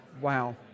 Wow